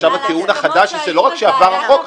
עכשיו הטיעון החדש זה לא רק שעבר החוק,